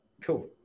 Cool